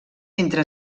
entre